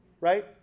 Right